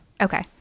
Okay